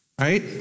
Right